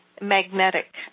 magnetic